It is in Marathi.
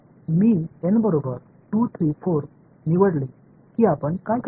मी n बरोबर 234 निवडावे कि आपण करावे